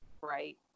right